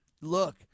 look